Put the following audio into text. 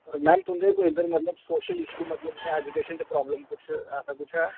ma'am तुं'दे इद्धर कोई सोशल इश्यू कोई इद्धर जि'यां एजूकेशन दी प्रॉब्लम ऐसा कुछ ऐ